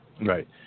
Right